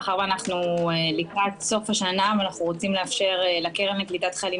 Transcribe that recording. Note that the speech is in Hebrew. מאחר ואנחנו לקראת סוף השנה ואנחנו רוצים לאפשר לקרן לקליטת חיילים